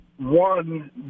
one